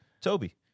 Toby